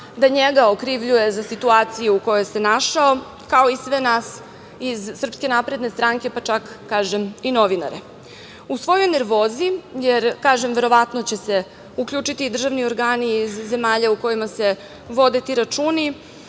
da njega okrivljuje za situaciju u kojoj se našao, kao i sve nas iz SNS, pa čak, kažem, i novinare. U svojoj nervozi, kažem, verovatno će se uključiti i državni organi iz zemalja u kojima se vode ti računi,